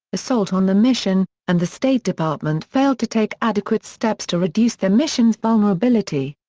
assault on the mission, and the state department failed to take adequate steps to reduce the mission's vulnerability.